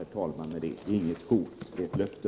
Det är inget hot utan ett löfte.